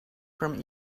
from